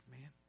man